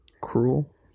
Cruel